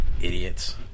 Idiots